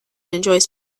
enjoys